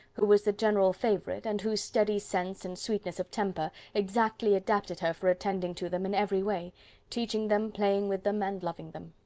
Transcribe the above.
who was the general favourite, and whose steady sense and sweetness of temper exactly adapted her for attending to them in every way teaching them, playing with them, and loving them.